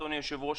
אדוני היושב-ראש,